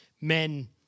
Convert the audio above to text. men